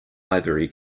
ivory